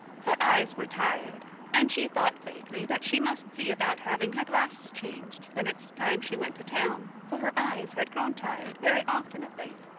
her eyes were tired, and she thought vaguely that she must see about having her glasses changed the next time she went to town, for her eyes had grown tired very often of late.